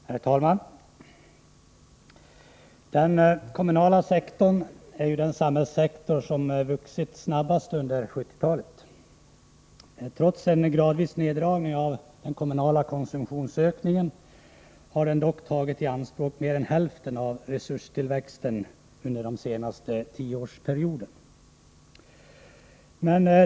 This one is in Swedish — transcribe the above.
Herr talman! Den kommunala sektorn är den samhällssektor som vuxit snabbast under 1970-talet. Trots en gradvis neddragning av den kommunala konsumtionsökningen har den tagit i anspråk mer än hälften av resurstillväxten under den senaste tioårsperioden.